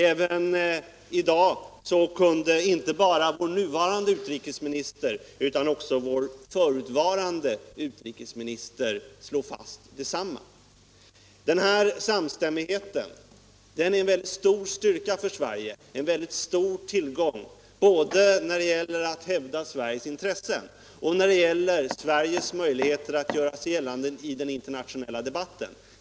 Även i dag kunde inte bara vår nuvarande utrikesminister utan också vår förutvarande utrikesminister slå fast detsamma. Den här samstämmigheten är en väldigt stor styrka för Sverige, en väldigt stor tillgång både när det gäller att hävda Sveriges intressen och när det gäller Sveriges möjligheter att göra sig gällande i den internationella debatten.